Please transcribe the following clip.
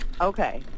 Okay